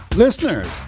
Listeners